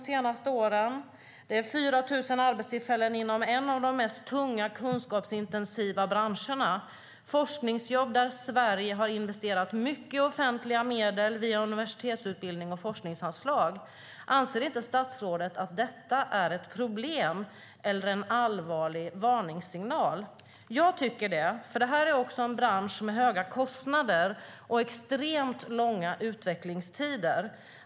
Det är 4 000 arbetstillfällen inom en av de mest tunga, kunskapsintensiva branscherna. Det handlar om forskningsjobb där Sverige har investerat mycket offentliga medel via universitetsutbildning och forskningsanslag. Anser inte statsrådet att detta är ett problem eller en allvarlig varningssignal? Jag tycker det. Det här är också en bransch med höga kostnader och extremt långa utvecklingstider.